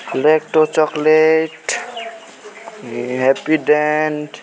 lacto chocolate Happydent